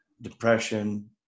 depression